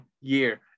year